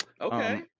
Okay